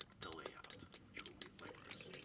the layout which will be like this